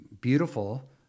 beautiful